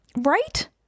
Right